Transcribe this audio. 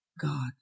God